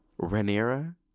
Rhaenyra